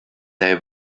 they